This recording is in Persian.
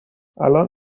الان